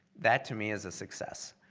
that to me is a success,